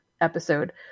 episode